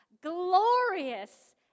Glorious